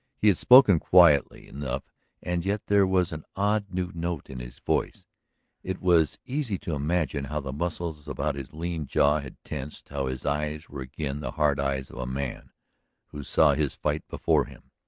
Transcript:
he had spoken quietly enough and yet there was an odd new note in his voice it was easy to imagine how the muscles about his lean jaw had tensed, how his eyes were again the hard eyes of a man who saw his fight before him.